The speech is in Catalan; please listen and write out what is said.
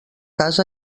cas